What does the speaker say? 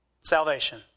salvation